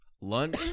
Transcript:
lunch